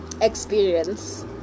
experience